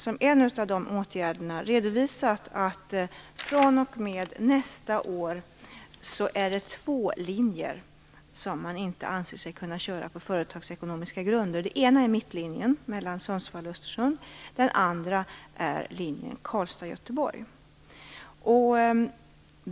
Som en åtgärd har man redovisat att det är två linjer som man fr.o.m. nästa år inte anser sig kunna köra på företagsekonomiska grunder. Det ena är Mittlinjen mellan Sundsvall och Östersund, och den andra är linjen Karlstad-Göteborg.